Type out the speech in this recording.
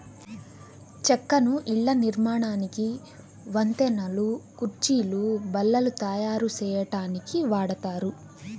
చెక్కను ఇళ్ళ నిర్మాణానికి, వంతెనలు, కుర్చీలు, బల్లలు తాయారు సేయటానికి వాడతారు